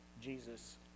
Jesus